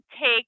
take